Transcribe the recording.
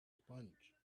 sponge